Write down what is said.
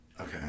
Okay